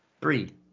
Three